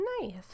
Nice